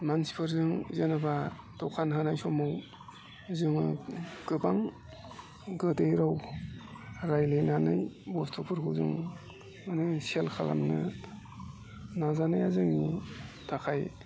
मानसिफोरजों जेनेबा दखान होनाय समाव जोङो गोबां गोदै राव रायज्लायनानै बुस्थुफोरखौ जों माने सेल खालामनो नाजानाया जोंनि थाखाय